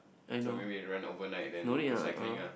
so maybe rent overnight then go cycling lah